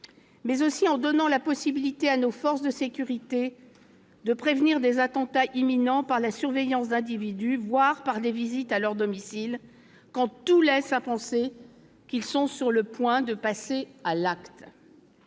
mais aussi en donnant à nos forces de sécurité la possibilité de prévenir des attentats imminents, par la surveillance d'individus, voire par des visites à leur domicile, quand tout laisse à penser qu'ils sont sur le point de passer à l'acte.